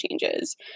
changes